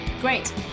Great